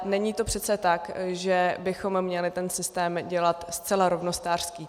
Není to přece tak, že bychom měli ten systém dělat zcela rovnostářský.